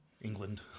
England